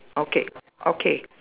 okay okay